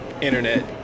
internet